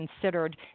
considered